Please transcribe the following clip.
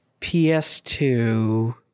PS2